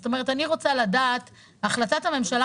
זאת אומרת אני רוצה לדעת על החלטת הממשלה